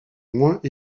moins